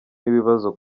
n’ibibazo